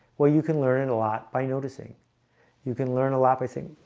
well, you can learn a lot by noticing you can learn a lot by thing.